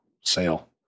sale